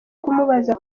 kumubaza